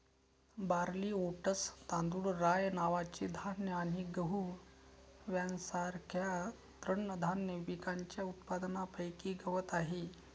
barley, oats, तांदूळ, rye नावाचे धान्य आणि गहू यांसारख्या तृणधान्य पिकांच्या उत्पादनापैकी गवत आहे